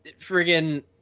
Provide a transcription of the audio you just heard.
Friggin